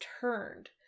turned